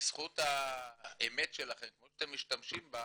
שבזכות האמת שלכם כמו שאתם משתמשים בה,